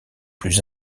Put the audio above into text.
plus